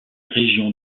région